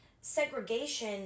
segregation